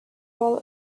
all